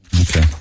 Okay